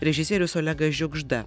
režisierius olegas žiugžda